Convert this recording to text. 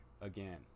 again